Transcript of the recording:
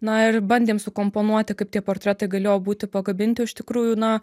na ir bandėm sukomponuoti kaip tie portretai galėjo būti pakabinti o iš tikrųjų na